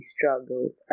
Struggles